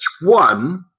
one